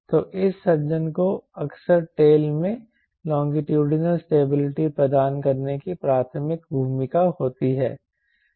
तो इस सज्जन को अक्सर टेल में लोंगिट्यूडनल स्टेबिलिटी प्रदान करने की प्राथमिक भूमिका होती है